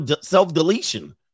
self-deletion